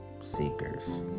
seekers